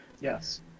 Yes